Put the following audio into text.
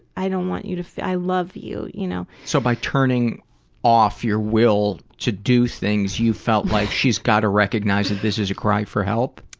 i don't want you to, i love you, you know so by turning off your will to do things, you've felt like that she's got to recognize that this is a cry for help?